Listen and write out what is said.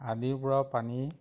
আদিৰ পৰাও পানী